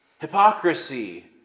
Hypocrisy